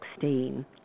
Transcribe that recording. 2016